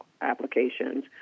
applications